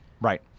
right